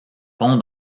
pont